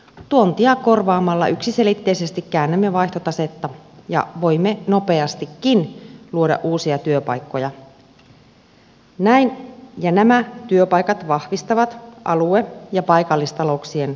tuontia korvaamalla yksiselitteisesti käännämme vaihtotasetta ja voimme nopeastikin luoda uusia työpaikkoja näin ja nämä työpaikat vahvistavat alue ja paikallistalouksien asemaa